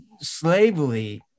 slavery